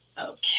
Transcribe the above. Okay